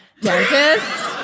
dentist